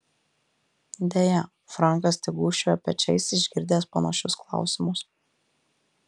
deja frankas tik gūžčioja pečiais išgirdęs panašius klausimus